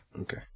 Okay